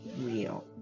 real